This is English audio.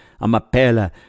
Amapela